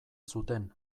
zuten